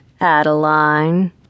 Adeline